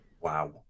wow